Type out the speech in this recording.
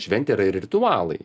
šventė yra ir ritualai